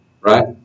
Right